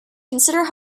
consider